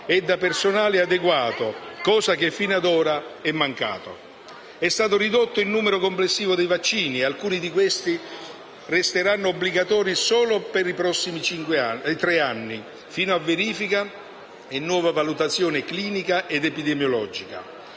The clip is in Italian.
e da personale adeguato, cosa che fino ad ora è mancata. È stato ridotto il numero complessivo dei vaccini, alcuni dei quali resteranno obbligatori solo i prossimi tre anni fino a verifica e nuova valutazione clinica ed epidemiologica.